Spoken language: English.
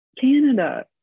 canada